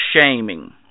shaming